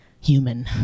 human